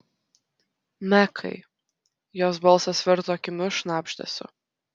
mekai jos balsas virto kimiu šnabždesiu